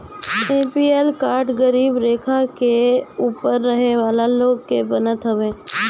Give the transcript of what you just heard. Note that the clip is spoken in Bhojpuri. ए.पी.एल कार्ड गरीबी रेखा के ऊपर रहे वाला लोग के बनत हवे